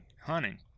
hunting